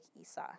Esau